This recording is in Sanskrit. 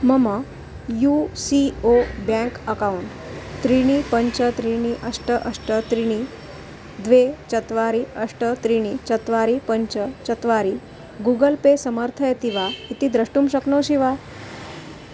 मम U C O bank account त्रीणि पञ्च त्रीणि अष्ट अष्ट त्रीणि द्वे चत्वारि अष्ट त्रीणि चत्वारि पञ्च चत्वारि गूगल् पे समर्थयति वा इति द्रष्टुं शक्नोषि वा